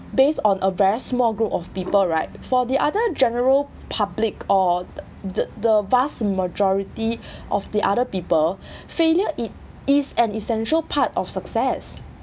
based on a very small group of people right for the other general public or the the the vast majority of the other people failure it is an essential part of success